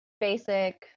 basic